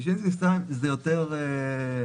ששינסקי 2 זה יותר בעייתי,